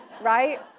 Right